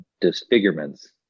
disfigurements